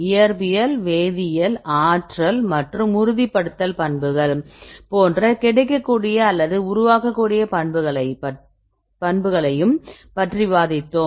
இயற்பியல் வேதியியல் ஆற்றல் மற்றும் உறுதிப்படுத்தல் பண்புகள் போன்ற கிடைக்கக்கூடிய அல்லது உருவாகக்கூடிய எல்லா பண்புகளையும் பற்றி விவாதித்தோம்